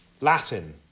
Latin